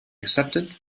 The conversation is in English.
accepted